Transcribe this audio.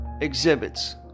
exhibits